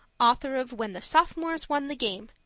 author of when the sophomores won the game.